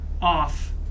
off